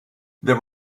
there